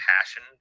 passion